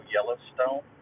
Yellowstone